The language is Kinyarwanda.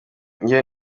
iyo